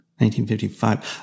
1955